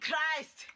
Christ